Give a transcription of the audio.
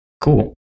Cool